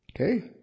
okay